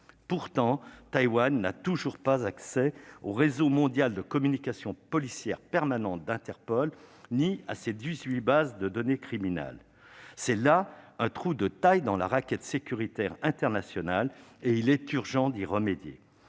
Pourtant, Taïwan n'a toujours pas accès au réseau mondial permanent de communication policière d'Interpol ni à ses dix-huit bases de données criminelles. C'est là un trou de taille dans la raquette sécuritaire internationale qu'il est urgent de combler.